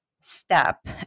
step